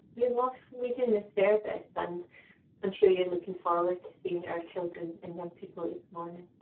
we love leading this service and i'm sure you're looking forward to seeing our children and young people this morning.